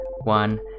one